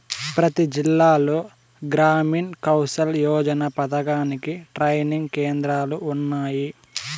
ప్రతి జిల్లాలో గ్రామీణ్ కౌసల్ యోజన పథకానికి ట్రైనింగ్ కేంద్రాలు ఉన్నాయి